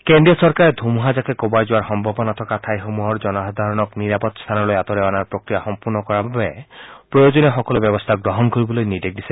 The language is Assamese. কেন্দ্ৰীয় চৰকাৰে ধুমুহাজাকে কোবাই যোৱাৰ সম্ভাৱনা থকা ঠাইসমূহৰ জনসাধাৰণক নিৰাপদ স্থানলৈ আঁতৰাই অনাৰ প্ৰক্ৰিয়া সম্পূৰ্ণ কৰাৰ বাবে প্ৰয়োজনীয় সকলো ব্যৱস্থা গ্ৰহণ কৰিবলৈ নিৰ্দেশ দিছে